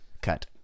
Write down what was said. Cut